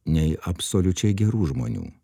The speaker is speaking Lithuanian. nei absoliučiai gerų žmonių